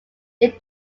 they